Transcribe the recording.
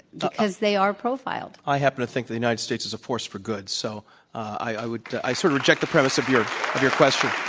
because they are profiled. i happen to think the united states is a force for good, so i would i certainly sort of reject the premise of your your question.